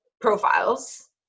profiles